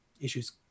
issues